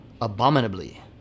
abominably